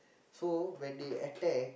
so when they attack